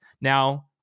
Now